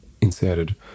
inserted